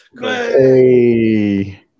Hey